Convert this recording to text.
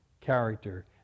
Character